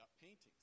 paintings